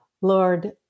Lord